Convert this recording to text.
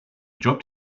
dropped